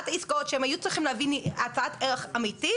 מעט העסקאות שהם היו צריכים להביא הצעת ערך אמיתית